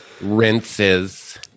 Rinses